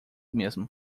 mesmo